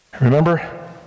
Remember